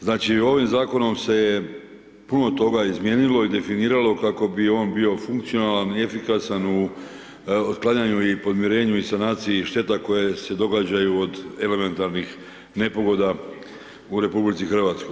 Znači ovim zakonom se je puno toga izmijenilo i definiralo, kako bi on bio funkcionalan i efikasan u otklanjanju i podmirenju i sanaciju štete koje se događaju od elementarnih nepogoda u RH.